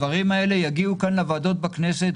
הדברים האלה יגיעו כאן לוועדות בכנסת